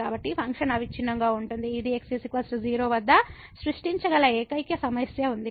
కాబట్టి ఫంక్షన్ అవిచ్ఛిన్నంగా ఉంటుంది ఇది x 0 వద్ద సృష్టించగల ఏకైక సమస్య ఉంది